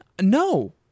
No